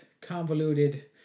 convoluted